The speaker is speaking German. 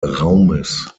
raumes